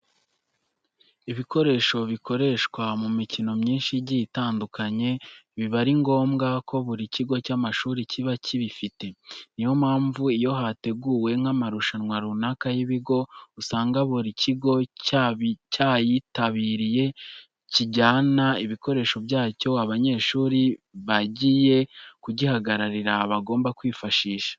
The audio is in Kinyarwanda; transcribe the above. Ibikoresho bikoreshwa mu mikino myinshi igiye itandukanye biba ari ngombwa ko buri kigo cy'amashuri kiba kibifite. Niyo mpamvu iyo hateguwe nk'amarushanwa runaka y'ibigo, usanga buri kigo cyayitabiriye kijyana ibikoresho byacyo abanyeshuri bagiye kugihagararira bagomba kwifashisha.